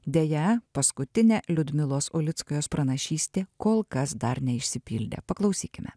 deja paskutinė liudmilos ulickajos pranašystė kol kas dar neišsipildė paklausykime